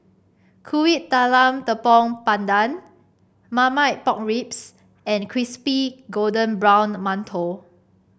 Kuih Talam Tepong Pandan Marmite Pork Ribs and Crispy Golden Brown Mantou